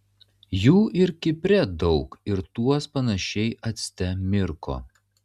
jų ir kipre daug ir tuos panašiai acte mirko